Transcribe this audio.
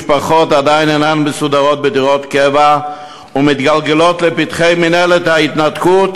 משפחות עדיין אינן מסודרות בדירות קבע ומתגלגלות לפתחי מינהלת ההתנתקות,